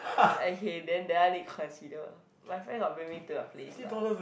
okay then that one need consider my friend got bring me to that place lah